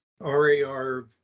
RAR